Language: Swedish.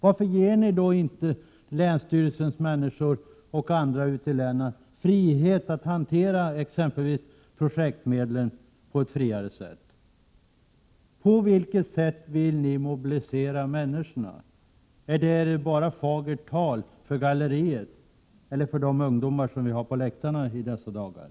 Varför ger ni då inte tjänstemännen vid 26 maj 1988 länsstyrelserna och andra människor ute i länen frihet att hantera exempelvis projektmedlen på ett friare sätt? På vilket vis vill ni mobilisera människorna? Eller är det bara fråga om fagert tal för de ungdomar och andra som vi har på läktarna i dessa dagar?